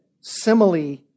simile